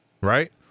Right